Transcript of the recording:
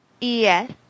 Yes